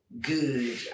good